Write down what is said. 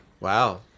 Wow